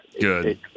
Good